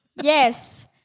Yes